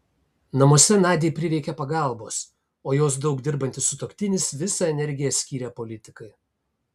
namuose nadiai prireikė pagalbos o jos daug dirbantis sutuoktinis visą energiją skyrė politikai